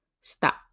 stop